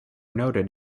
noted